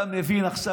אתה מבין עכשיו?